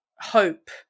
hope